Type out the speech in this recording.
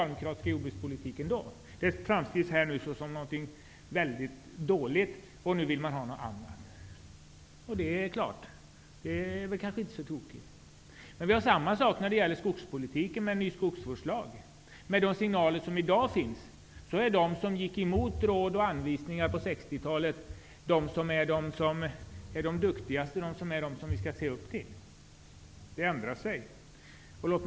Denna politik framställs nu som mycket dålig, och man vill nu ha något annat. Det är kanske inte heller så tokigt. Detsamma gäller också beträffande skogspolitiken, där man vill ha en ny skogsvårdslag. Enligt dagens signaler var de som gick emot de råd och anvisningar som gavs under 60-talet de duktigaste och dem som vi skall se upp till. Förhållandena förändras!